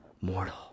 mortal